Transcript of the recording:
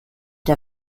der